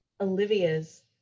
Olivia's